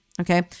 Okay